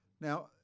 Now